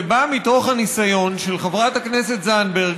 זה בא מתוך הניסיון של חברת הכנסת זנדברג,